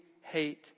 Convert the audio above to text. hate